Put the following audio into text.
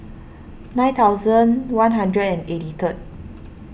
nine thousand one hundred eighty third